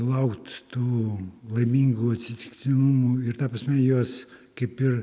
laukt tų laimingų atsitiktinumų ir ta prasme juos kaip ir